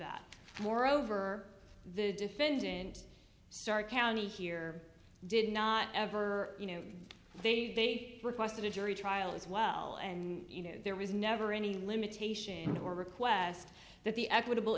that moreover the defendant stark county here did not ever you know they requested a jury trial as well and you know there was never any limitation or request that the equitable